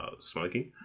smoking